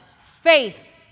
faith